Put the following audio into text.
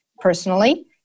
personally